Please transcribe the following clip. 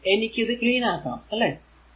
ഇനി എനിക്ക് ഇത് ക്ലീൻ ആക്കാം അല്ലെ